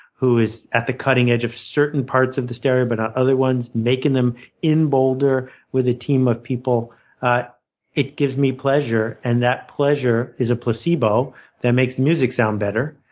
who is at the cutting edge of certain parts of the stereo but not other ones, making them in boulder with a team of people it gives me pleasure. and that pleasure is a placebo that makes music sound better.